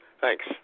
Thanks